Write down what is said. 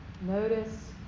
notice